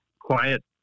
quiet